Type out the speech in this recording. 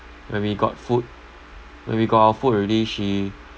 when we got food when we got our food already she